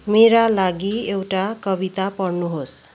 मेरा लागि एउटा कविता पढ्नुहोस्